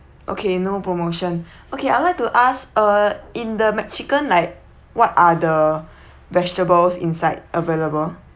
okay no promotion okay I would like to ask uh in the mac chicken like what are the vegetables inside available